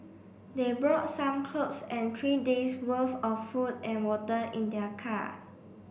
they brought some clothes and three days' worth of food and water in their car